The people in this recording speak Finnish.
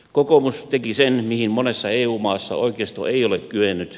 kokoomus teki sen mihin monessa eu maassa oikeisto ei ole kyennyt